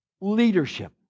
Leadership